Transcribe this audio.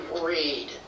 read